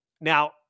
Now